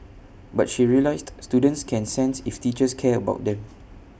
but she realised students can sense if teachers care about them